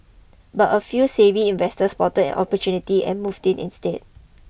but a few savvy investors spotted an opportunity and moved in instead